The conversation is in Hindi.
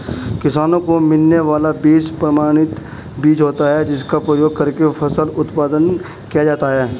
किसानों को मिलने वाला बीज प्रमाणित बीज होता है जिसका प्रयोग करके फसल उत्पादन किया जाता है